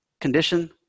condition